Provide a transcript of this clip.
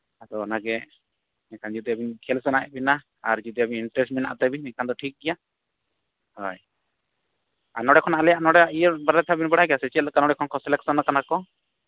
ᱟᱫᱚ ᱚᱱᱟ ᱜᱮ ᱮᱱᱠᱷᱟᱱ ᱡᱩᱫᱤ ᱟᱹᱵᱤᱱ ᱠᱷᱮᱹᱞ ᱥᱟᱱᱟᱭᱮᱫ ᱵᱮᱱᱟ ᱟᱨ ᱡᱩᱫᱤ ᱟᱹᱵᱤᱱ ᱤᱱᱴᱟᱹᱨᱮᱥᱴ ᱢᱮᱱᱟᱜ ᱛᱟᱵᱤᱱ ᱮᱱᱠᱷᱟᱱ ᱫᱚ ᱴᱷᱤᱠᱜᱮᱭᱟ ᱦᱳᱭ ᱟᱨ ᱱᱚᱸᱰᱮ ᱠᱷᱚᱱᱟᱜ ᱟᱞᱮᱭᱟᱜ ᱱᱚᱸᱰᱮ ᱤᱭᱟᱹ ᱵᱟᱨᱮ ᱛᱮ ᱠᱟᱹᱢᱤ ᱵᱟᱲᱟᱭ ᱜᱮᱭᱟ ᱥᱮ ᱪᱮᱫᱞᱮᱠᱟ ᱱᱚᱸᱰᱮ ᱠᱷᱚᱱ ᱠᱚ ᱥᱤᱞᱮᱠᱥᱚᱱᱟᱠᱟᱱᱟ ᱠᱚ